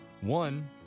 One